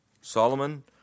Solomon